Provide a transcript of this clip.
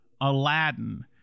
Aladdin